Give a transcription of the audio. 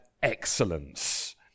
excellence